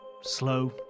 slow